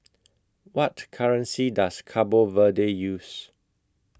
What currency Does Cabo Verde use